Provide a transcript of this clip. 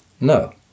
No